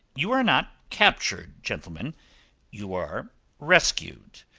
you are not captured, gentlemen you are rescued.